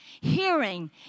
hearing